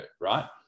Right